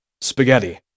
spaghetti